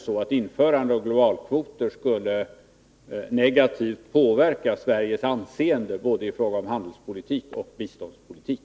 Ett införande av globalkvoter skulle naturligtvis negativt påverka Sveriges anseende i fråga om både handelspolitik och biståndspolitik.